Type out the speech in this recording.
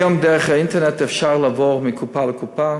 היום, דרך האינטרנט אפשר לעבור מקופה לקופה,